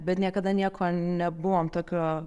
bet niekada nieko nebuvom tokio